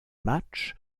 match